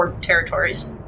territories